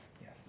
yes